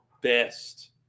best